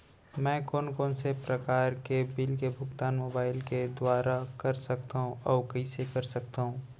मैं कोन कोन से प्रकार के बिल के भुगतान मोबाईल के दुवारा कर सकथव अऊ कइसे कर सकथव?